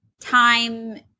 time